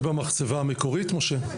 זה במחצבה המקורית, משה?